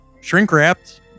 shrink-wrapped